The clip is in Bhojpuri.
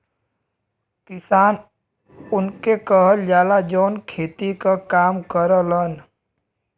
किसान उनके कहल जाला, जौन खेती क काम करलन